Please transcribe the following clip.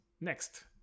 Next